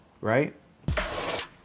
right